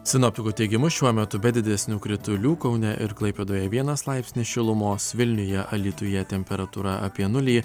sinoptikų teigimu šiuo metu be didesnių kritulių kaune ir klaipėdoje vienas laipsnis šilumos vilniuje alytuje temperatūra apie nulį